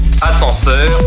Ascenseur